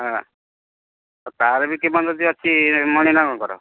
ହଁ ଆଉ ତାର ବି କିମ୍ବଦନ୍ତୀ ଅଛି ମଣିନାଗଙ୍କର